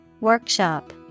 Workshop